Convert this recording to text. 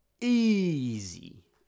Easy